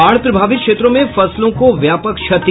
बाढ़ प्रभावित क्षेत्रों में फसलों को व्यापक क्षति